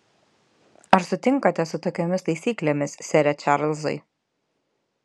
ar sutinkate su tokiomis taisyklėmis sere čarlzai